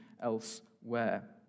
elsewhere